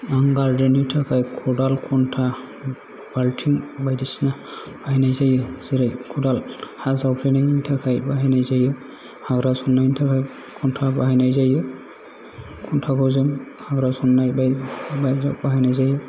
आं गारदेन थाखाय खदाल खन्था बालथिं बायदिसिना बाहायनाय जायो जेरै खदाल हा जावफ्लेनायनि थाखाय बाहायनाय जायो हाग्रा सननायनि थाखाय खन्था बाहायनाय जायो खन्थाखौ जों हाग्रा सननाय बायदियाव बाहायनाय जायो